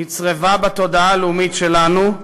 נצרבה בתודעה הלאומית שלנו,